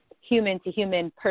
human-to-human